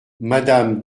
madame